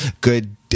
Good